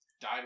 died